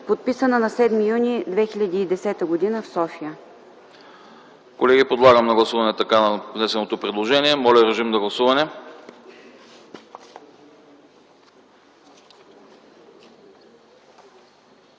подписана на 7 юни 2010 г. в София.”